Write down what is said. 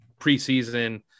preseason –